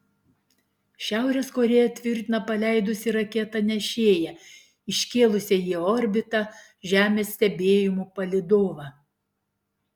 šiaurės korėja tvirtina paleidusi raketą nešėją iškėlusią į orbitą žemės stebėjimų palydovą